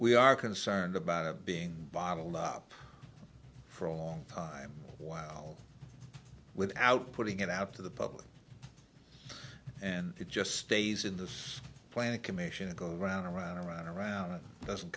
we are concerned about of being bottled up for a long time while without putting it out to the public and it just stays in this plan a commission to go around around around around it doesn't